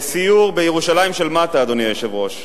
בסיור בירושלים של מטה, אדוני היושב-ראש,